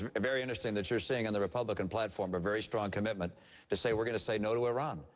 very interesting that you're seeing, on the republican platform, a very strong commitment to say we're going to say no to iran.